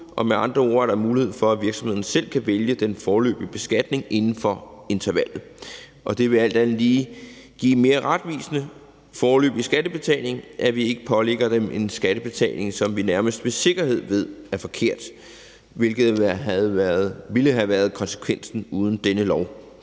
og med andre ord er der mulighed for, at virksomheden selv kan vælge den foreløbige beskatning inden for intervallet. Det vil alt andet lige give en mere retvisende foreløbig skattebetaling, at vi ikke pålægger dem en skattebetaling, som vi nærmest med sikkerhed ved er forkert, hvilket ville have været konsekvensen uden denne lov.